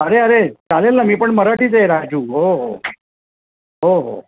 अरे अरे चालेल न मी पण मराठीच आहे राजू हो हो हो हो